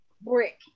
brick